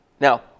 Now